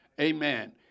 Amen